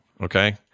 okay